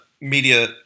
media